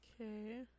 Okay